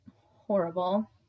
horrible